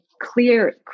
clear